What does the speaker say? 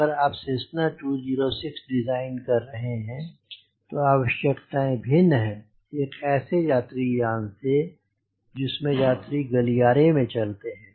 अगर आप Cessna 206 design कर रहे हैं तो आवश्यकताएं भिन्न हैं एक ऐसे यात्री यान से जिसमे यात्री गलियारे में चलते हैं